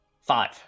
five